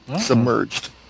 submerged